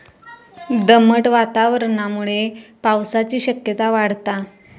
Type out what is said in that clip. दमट वातावरणामुळे पावसाची शक्यता वाढता